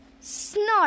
snort